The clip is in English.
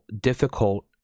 difficult